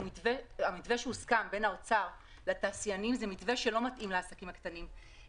המתווה שהוסכם בין האוצר לתעשיינים הוא מתווה שלא מתאים לעסקים הקטנים.